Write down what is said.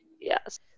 Yes